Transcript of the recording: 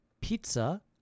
Pizza